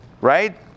Right